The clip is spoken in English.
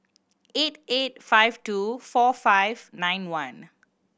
eight eight five two four five nine one